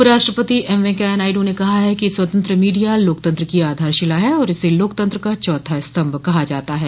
उपराष्ट्रपति एम वेंकैया नायडू ने कहा है कि स्वतंत्र मीडिया लोकतंत्र की आधारशिला है और इसे लोकतंत्र का चौथा स्तंभ कहा जाता है